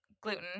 gluten